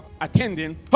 attending